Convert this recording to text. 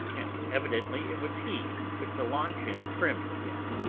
and evidently it was he who put the launch in trim again.